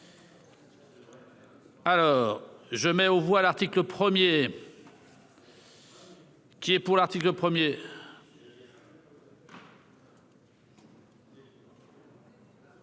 Alors je mets aux voix l'article 1er. Qui est pour l'article 2